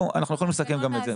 אנחנו יכולים לסכם גם את זה.